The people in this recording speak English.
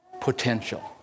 potential